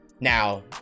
Now